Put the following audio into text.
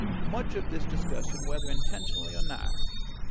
much of this discussion, whether intentionally or not,